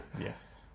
Yes